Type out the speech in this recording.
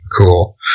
cool